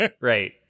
right